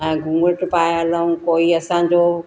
ऐं घुंघट पाए हलूं कोई असांजो